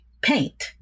paint